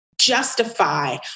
justify